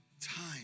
time